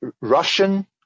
Russian